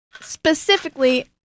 Specifically